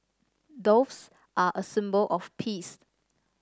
doves are a symbol of peace